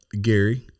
Gary